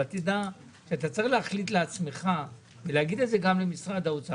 אבל תדע שאתה צריך להחליט לעצמך ולהגיד את זה גם למשרד האוצר.